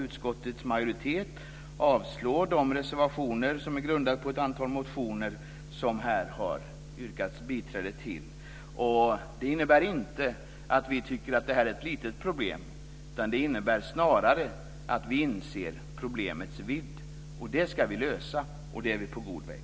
Utskottets majoritet avstyrker de reservationer som är grundade på ett antal motioner som det här har yrkats bifall till. Det innebär inte att vi tycker att det här är ett litet problem. Det innebär snarare att vi inser problemets vidd. Vi är på god väg att lösa det.